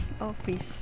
office